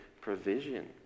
provision